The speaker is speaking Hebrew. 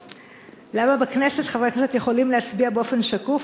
למה בכנסת חברי כנסת יכולים להצביע באופן שקוף,